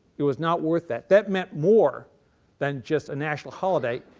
it was not worth that. that meant more than just a national holiday.